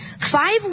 Five